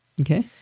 Okay